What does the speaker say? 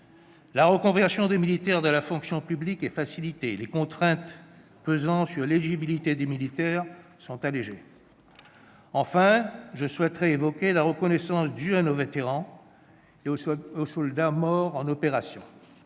La reconversion des militaires dans la fonction publique est facilitée ; les contraintes pesant sur l'éligibilité des militaires sont allégées. Je souhaite par ailleurs évoquer la reconnaissance due à nos vétérans et aux soldats morts en opération.